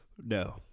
No